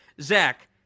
Zach